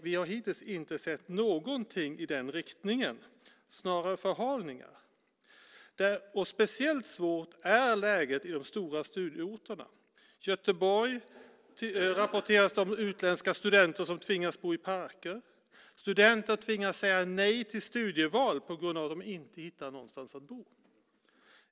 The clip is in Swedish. Vi har hittills inte sett någonting i den riktningen utan snarare förhalningar. Läget är speciellt svårt på de stora studieorterna. Från Göteborg rapporteras det om utländska studenter som tvingas bo i parker. Studenter tvingas säga nej till studieval på grund av att de inte hittar någonstans att bo.